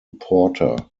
porter